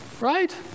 right